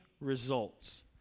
results